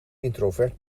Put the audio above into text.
introvert